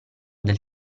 del